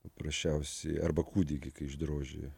paprasčiausiai arba kūdikį kai išdroži